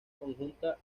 conjunta